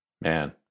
Man